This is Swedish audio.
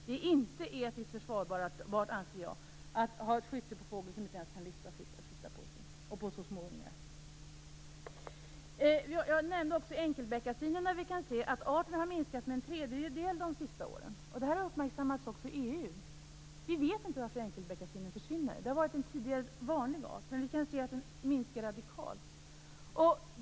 Det är inte etiskt försvarbart, anser jag, att ha skytte på fågel som inte ens kan flytta sig och på så små ungar. Jag nämnde också enkelbeckasin. Vi kan se att arten har minskat med en tredjedel de sista åren. Det här har uppmärksammats också i EU. Vi vet inte varför enkelbeckasinen försvinner. Det har tidigare varit en vanlig art. Men vi kan se att den minskar radikalt.